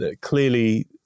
Clearly